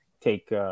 take